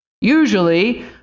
Usually